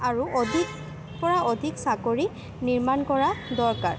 আৰু অধিকৰপৰা অধিক চাকৰি নিৰ্মাণ কৰা দৰকাৰ